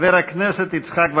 חבר הכנסת יצחק וקנין,